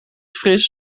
fris